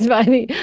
but i mean